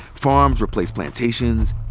farms replaced plantations.